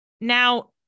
Now